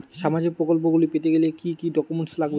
সামাজিক প্রকল্পগুলি পেতে গেলে কি কি ডকুমেন্টস লাগবে?